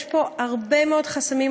יש פה הרבה מאוד חסמים,